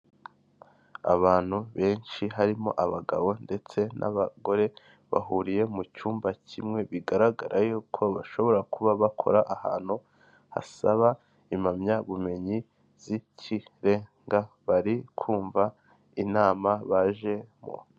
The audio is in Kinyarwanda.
Ikigaragara iyi ni ifoto yifashishwa mu kwamamaza ya Rwanda reveni otoriti yerekana ko ugomba kwishyura imisoro n'amahoro, bitarenze itariki mirongo itatu n'imwe z'ukwa cumi n'abiri bibiri na makumyabiri na kane.